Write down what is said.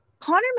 Connor